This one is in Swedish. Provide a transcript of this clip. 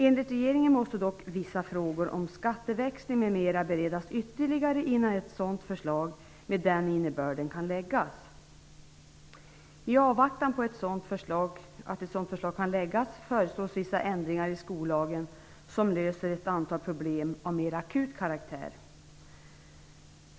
Enligt regeringen måste dock vissa frågor om skatteväxling m.m. beredas ytterligare innan ett förslag med den innebörden kan läggas. I avvaktan på att ett sådant förslag kan läggas föreslås vissa ändringar i skollagen som löser ett antal problem av mer akut karaktär.